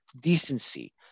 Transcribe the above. decency